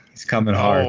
he's coming hard.